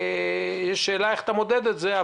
יש שאלה איך אתה מודד את זה,